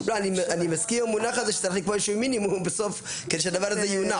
אני מסכים עם המונח הזה שצריך לקבוע איזשהו מינימום כדי שהדבר הזה יונע,